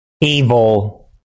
evil